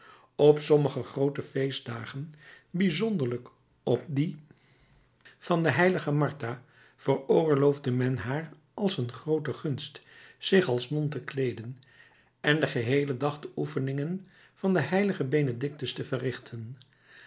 op sommige groote feestdagen bijzonderlijk op dien van de h martha veroorloofde men haar als een groote gunst zich als non te kleeden en den geheelen dag de oefeningen van den h benedictus te verrichten